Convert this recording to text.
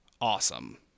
awesome